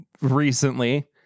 recently